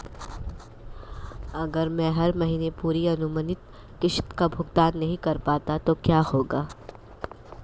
अगर मैं हर महीने पूरी अनुमानित किश्त का भुगतान नहीं कर पाता तो क्या होगा?